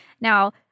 Now